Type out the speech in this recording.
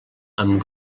amb